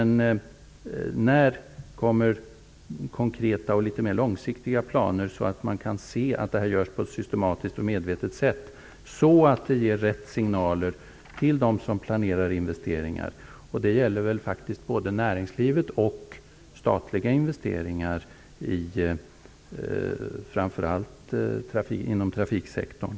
När kommer konkreta och litet mer långsiktiga planer så att man kan se att arbetet görs på ett systematiskt och medvetet sätt och att det ger rätt signaler till dem som planerar investeringar? Det gäller faktiskt både näringslivet och statliga investeringar inom framför allt trafiksektorn.